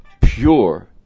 pure